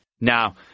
Now